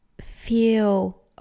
feel